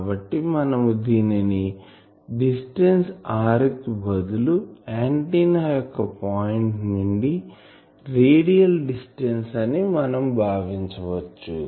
కాబట్టి మనము దీనిని డిస్టెన్స్ r కి బదులు ఆంటిన్నాయొక్క పాయింట్ నుండి రేడియల్ డిస్టెన్స్ అని మనం భావించవచ్చు